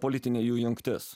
politinė jų jungtis